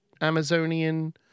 Amazonian